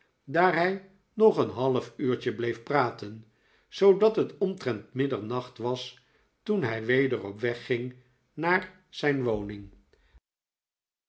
daar hij nog een half uurtje bleef praten zoodat het omtrent middernacht was toen hij weder op weg ging naar zijn woning